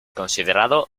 considerado